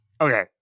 Okay